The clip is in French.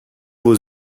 vos